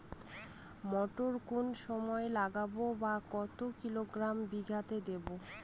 মটর কোন সময় লাগাবো বা কতো কিলোগ্রাম বিঘা দেবো?